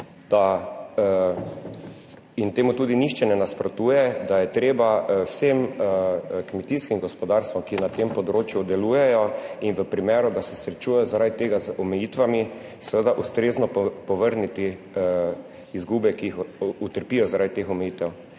in temu tudi nihče ne nasprotuje, da je treba vsem kmetijskim gospodarstvom, ki na tem področju delujejo in v primeru, da se srečujejo, zaradi tega z omejitvami seveda ustrezno povrniti izgube, ki jih utrpijo zaradi teh omejitev,